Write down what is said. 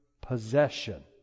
possession